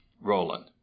Roland